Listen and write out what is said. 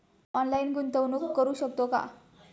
Online गुंतवणूक करू शकतो का?